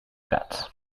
gats